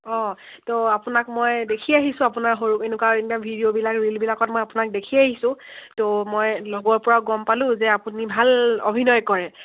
অঁ ত' আপোনাক মই দেখি আহিছোঁ আপোনাৰ সৰু এনেকুৱা এনে ভিডিঅ'বিলাক ৰিলবিলাকত মই আপোনাক দেখি আহিছোঁ ত' মই লগৰ পৰা গম পালোঁ যে আপুনি ভাল অভিনয় কৰে